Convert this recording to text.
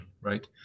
right